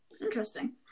Interesting